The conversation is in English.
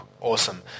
awesome